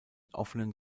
offenen